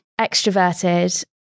extroverted